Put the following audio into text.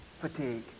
fatigue